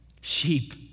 Sheep